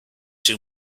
too